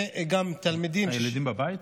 וגם תלמידים, הילדים בבית?